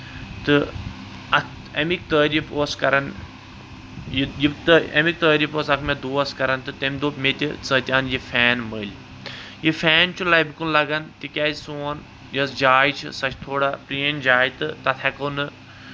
تہٕ اَمِکۍ تعریٖف اوس کران یہِ اَمِکۍ تعریٖف اوس اکھ مےٚ دوس کران تہٕ تٔمۍ دوٚپ مےٚ تہِ ژٕ تہِ اَن یہِ فین مٔلۍ یہِ فین چھُ لَبہِ کُن لَگان تِکیٚازِ سون یۄس جاے چھِ سۄ چھےٚ تھوڑا پرٲنۍ جاے تہٕ تَتھ ہٮ۪کو نہٕ